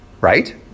Right